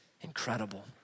incredible